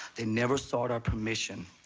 they never sought our permission.